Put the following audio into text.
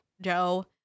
Joe